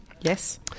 yes